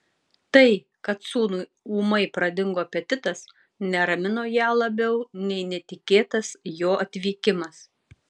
tai kad sūnui ūmai pradingo apetitas neramino ją labiau nei netikėtas jo atvykimas